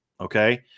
Okay